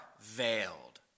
veiled